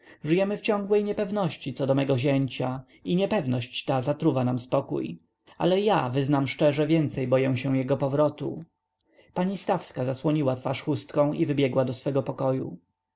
żyjemy w ciągłej niepewności co do mego zięcia i niepewność ta zatruwa nam spokój ale ja wyznam szczerze więcej boję się jego powrotu pani stawska zasłoniła twarz chustką i wybiegła do swego pokoju